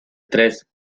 tres